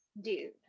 dude